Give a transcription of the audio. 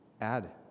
add